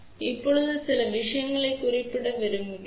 இப்போது நான் இங்கே சில விஷயங்களைக் குறிப்பிட விரும்புகிறேன்